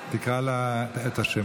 תקרא את השמות.